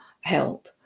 help